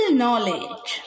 knowledge